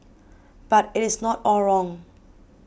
but it is not all wrong